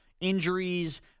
injuries